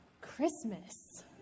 Christmas